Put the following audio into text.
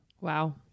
Wow